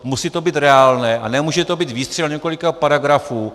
Musí to být reálné a nemůže to být výstřel několika paragrafů.